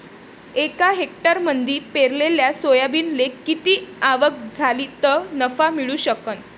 एका हेक्टरमंदी पेरलेल्या सोयाबीनले किती आवक झाली तं नफा मिळू शकन?